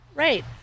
Right